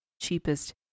cheapest